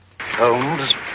Holmes